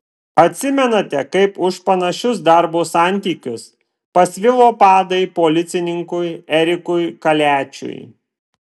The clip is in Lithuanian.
atsimenate kaip už panašius darbo santykius pasvilo padai policininkui erikui kaliačiui